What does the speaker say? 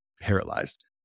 paralyzed